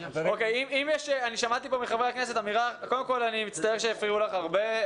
כשמדברים על הציבור החרדי כולם כמקשה אחת.